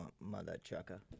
mother-chucker